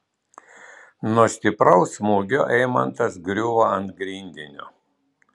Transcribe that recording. nuo stipraus smūgio eimantas griuvo ant grindinio